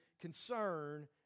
concern